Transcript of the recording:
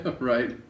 Right